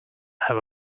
have